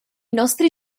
nostri